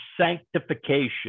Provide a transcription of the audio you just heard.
sanctification